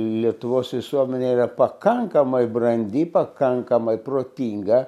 lietuvos visuomenė yra pakankamai brandi pakankamai protinga